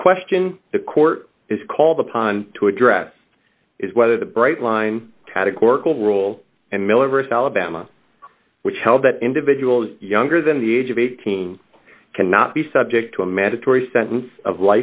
the question the court is called upon to address is whether the bright line categorical rule and militarist alabama which held that individuals younger than the age of eighteen cannot be subject to a mandatory sentence of